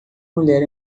mulher